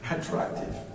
attractive